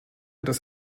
dass